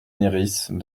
lyrisse